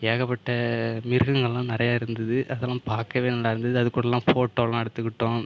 ஏகப்பட்ட மிருகங்கள்லாம் நிறையா இருந்தது அதல்லாம் பார்க்கவே நல்லா இருந்தது அதுகூடயெல்லாம் ஃபோட்டோயெல்லாம் எடுத்துகிட்டோம்